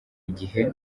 gihe